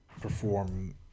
perform